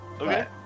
Okay